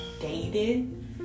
dated